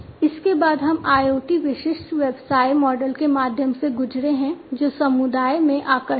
इसके बाद हम IoT विशिष्ट व्यवसाय मॉडल के माध्यम से गुजरे हैं जो समुदाय में आकर्षक हैं